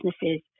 businesses